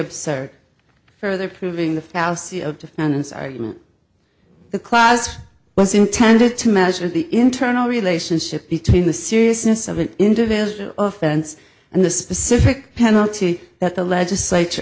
absurd further proving the fallacy of defendants are human the class was intended to measure the internal relationship between the seriousness of an individual offense and the specific penalty that the legislature